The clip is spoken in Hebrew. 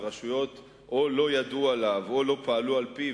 ורשויות או לא ידעו עליו או לא פעלו על-פיו,